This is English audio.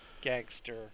gangster